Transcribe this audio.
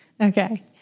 Okay